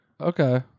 Okay